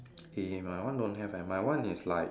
eh my one don't have leh my one is like